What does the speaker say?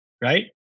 right